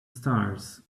stars